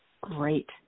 great